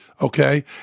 Okay